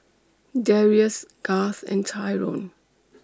Darrius Garth and Tyrone